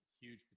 huge